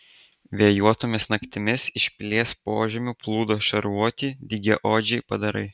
vėjuotomis naktimis iš pilies požemių plūdo šarvuoti dygiaodžiai padarai